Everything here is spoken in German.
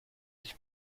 sich